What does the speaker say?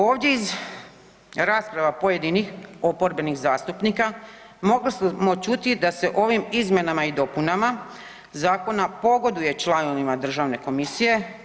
Ovdje iz rasprava pojedinih oporbenih zastupnika mogli smo čuti da se ovim izmjenama i dopunama zakona pogoduje članovima Državne komisije.